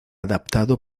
adaptado